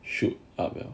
shoot up 了